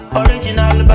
original